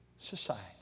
society